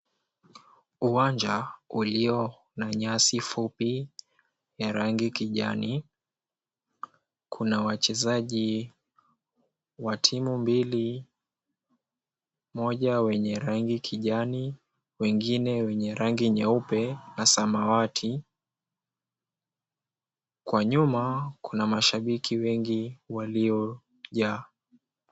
Uwanja ulio na nyasi fupi ya rangi kijani. Kuna wachezaji wa timu mbili moja wenye rangi kijani, wengine wenye rangi nyeupe na samawati. Kwa nyuma kuna mashabiki wengi waliojaa.